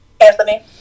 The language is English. Anthony